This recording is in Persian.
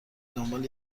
دنبال